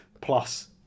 plus